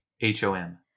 h-o-m